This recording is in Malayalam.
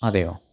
അതെയോ